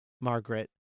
Margaret